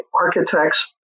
architects